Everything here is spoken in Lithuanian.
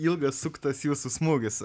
ilgas suktas jūsų smūgis